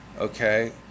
Okay